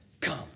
come